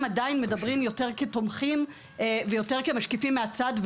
הם עדיין מדברים יותר כתומכים ויותר כמשקיפים מהצד,